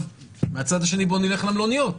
מצד שני, בוא נלך למלוניות.